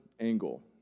angle